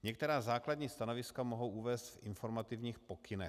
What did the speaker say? Některá základní stanoviska mohou uvést v informativních pokynech.